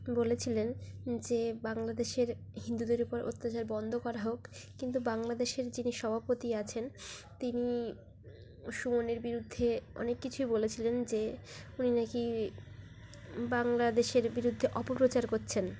বলেছিলেন যে বাংলাদেশের হিন্দুদের উপর অত্যাচার বন্ধ করা হোক কিন্তু বাংলাদেশের যিনি সভাপতি আছেন তিনি সুমনের বিরুদ্ধে অনেক কিছুই বলেছিলেন যে উনি না কি বাংলাদেশের বিরুদ্ধে অপপ্রচার করছেন